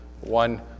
one